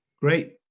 great